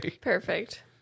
Perfect